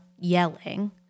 yelling